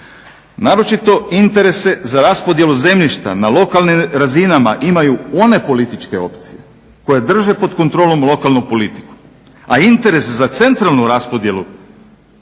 naročito interese za raspodjelu zemljišta na lokalnim razinama imaju one političke opcije koje drže pod kontrolom lokalnu politiku, a interes za centralnu raspodjelu